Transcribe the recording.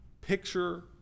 picture